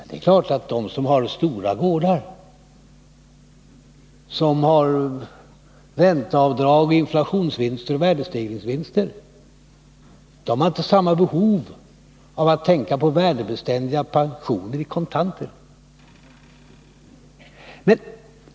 Det är klart att de som har stora gårdar, ränteavdrag, inflationsvinster och värdestegringsvinster inte har samma behov av värdebeständiga pensioner i kontanter.